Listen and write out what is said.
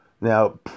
Now